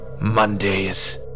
Mondays